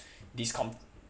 discom~